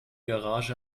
garage